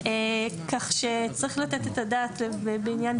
כך שצריך לתת את הדעת בעניין דיוק הניסוח.